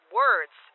words